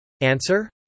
answer